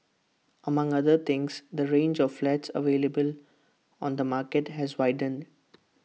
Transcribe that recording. among other things the range of flats available on the market has widened